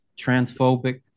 transphobic